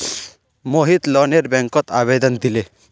मोहित लोनेर बैंकत आवेदन दिले